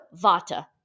vata